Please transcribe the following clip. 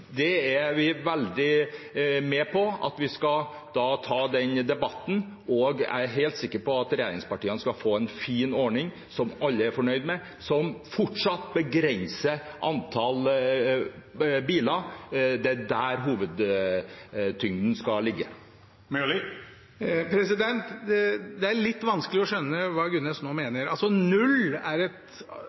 er vi veldig for at vi skal ta, og jeg er helt sikker på at regjeringspartiene skal få til en fin ordning som alle er fornøyd med, og som fortsatt begrenser antall biler. Det er der hovedtyngden skal ligge. Det er litt vanskelig å skjønne hva Gunnes nå mener. Null er et